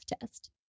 test